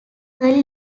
early